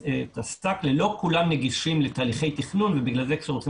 לא כולם נגישים לתהליכי תכנון ובגלל זה צריכים